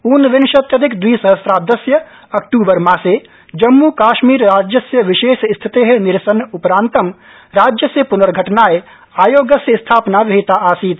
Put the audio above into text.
ऊनविंशत्यधिक दविसहस्राब्दस्य अक्टूबरमासे जम्मू काशमीर राज्यस्य विशेष स्थिते निरसनोपरान्तं राज्यस्य पुनर्धटनाय आयोगस्य स्थापना विहिता आसीत्